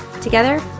Together